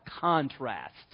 contrast